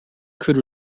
could